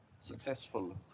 successful